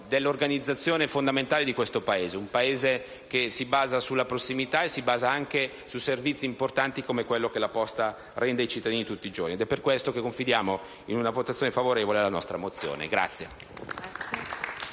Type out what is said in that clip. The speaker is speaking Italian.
dell'organizzazione fondamentale di questo Paese; un Paese che si basa sulla prossimità e su servizi importanti come quello che la posta rende ai cittadini tutti i giorni. È per questo che confidiamo in una votazione favorevole alla nostra mozione.